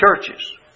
churches